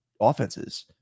offenses